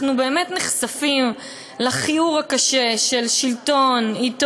אנחנו באמת נחשפים לכיעור הקשה של הון-שלטון-עיתון,